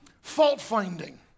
fault-finding